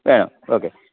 വേണം ഓക്കെ